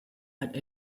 had